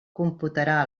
computarà